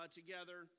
together